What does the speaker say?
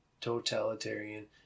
totalitarian